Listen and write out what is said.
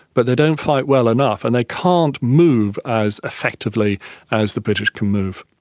but they don't fight well enough and they can't move as effectively as the british can move.